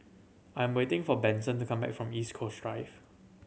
I'm waiting for Benson to come back from East Coast Drive